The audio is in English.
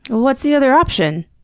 what's the other option?